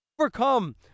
overcome